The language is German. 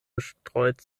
bestreut